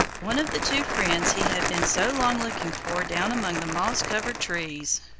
one of the two friends he had been so long looking for down among the moss-covered trees.